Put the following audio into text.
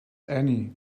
annie